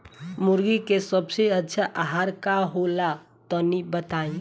मुर्गी के सबसे अच्छा आहार का होला तनी बताई?